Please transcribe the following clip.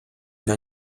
для